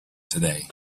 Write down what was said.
today